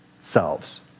selves